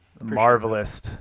Marvelous